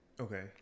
okay